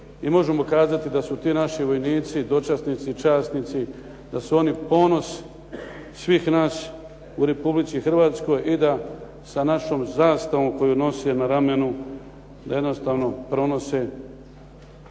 i možemo kazati da su ti naši vojnici, dočasnici i časnici, da su oni ponos svih nas u Republici Hrvatskoj i da sa našom zastavom koju nose na ramenu jednostavno pronose